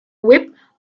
whip